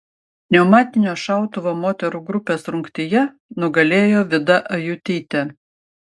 pneumatinio šautuvo moterų grupės rungtyje nugalėjo vida ajutytė